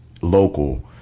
local